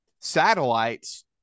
satellites